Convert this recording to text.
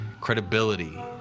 credibility